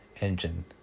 engine